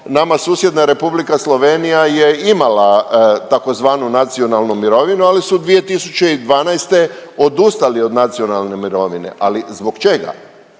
nama susjedna Republika Slovenija je imala tzv. nacionalnu mirovinu, ali su 2012. odustali od nacionalne mirovine, ali zbog čega?